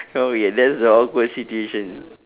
oh ya that's the awkward situation